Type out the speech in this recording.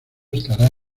estará